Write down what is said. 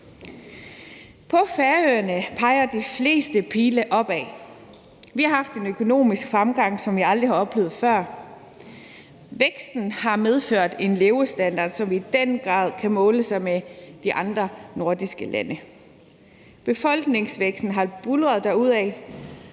På færgerne peger de fleste pile opad. Vi har haft en økonomisk fremgang, som vi aldrig har oplevet før. Væksten har medført en levestandard, som i den grad kan måle sig med de andre nordiske lande. Befolkningsvæksten har buldret derudad,